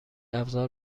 ابزار